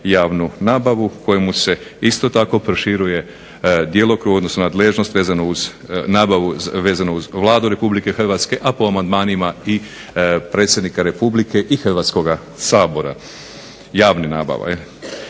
javnu nabavu kojemu se isto tako proširuje djelokrug, odnosno nadležnost vezano uz nabavu vezano uz Vladu RH, a po amandmanima i predsjednika Republike i Hrvatskoga sabora, javne nabave